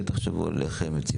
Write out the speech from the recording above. כן, תחשבו על איך.